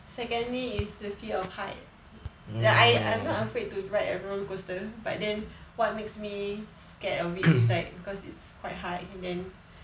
secondly is the fear of height I I am not afraid to ride a roller coaster but then what makes me scared of it is like because it's quite high and then